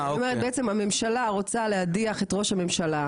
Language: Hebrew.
זאת אומרת בעצם הממשלה רוצה להדיח את ראש הממשלה.